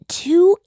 two